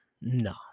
No